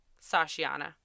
Sashiana